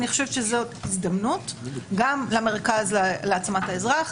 אני חושבת שזאת הזדמנות גם למרכז להעצמת האזרח,